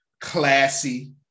classy